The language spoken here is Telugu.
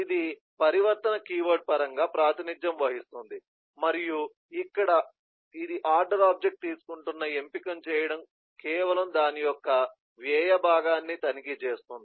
ఇది పరివర్తన కీవర్డ్ పరంగా ప్రాతినిధ్యం వహిస్తుంది మరియు ఇక్కడ ఇది ఆర్డర్ ఆబ్జెక్ట్ తీసుకుంటున్న ఎంపికను చేయడం కేవలం దాని యొక్క వ్యయ భాగాన్ని తనిఖీ చేస్తుంది